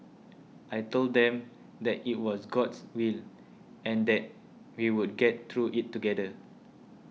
I told them that it was God's will and that we would get through it together